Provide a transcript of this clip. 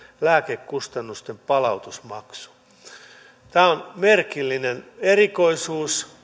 lääkekustannusten palautusmaksu tämä on merkillinen erikoisuus